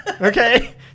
Okay